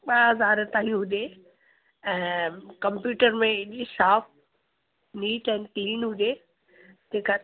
ॿ हज़ार ताईं हुजे ऐं कंप्यूटर में अहिड़ी साफ़ु नीट एंड क्लीन हुजे तंहिं खां